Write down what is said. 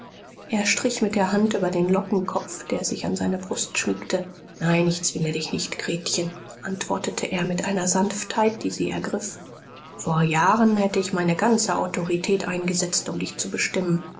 er strich mit der hand über den lockenkopf der sich an seine brust schmiegte nein ich zwinge dich nicht gretchen antwortete er mit einer sanftheit die sie ergriff vor jahren hätte ich meine ganze autorität eingesetzt um dich zu bestimmen